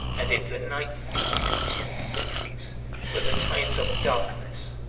and if the ninth and tenth centuries were the times of darkness,